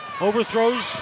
Overthrows